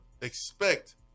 expect